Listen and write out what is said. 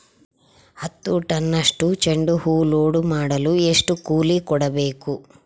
ಹತ್ತು ಟನ್ನಷ್ಟು ಚೆಂಡುಹೂ ಲೋಡ್ ಮಾಡಲು ಎಷ್ಟು ಕೂಲಿ ಕೊಡಬೇಕು?